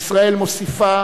ישראל מוסיפה